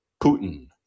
Putin